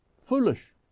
foolish